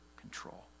control